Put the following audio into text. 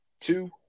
two